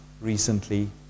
recently